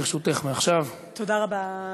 תודה רבה,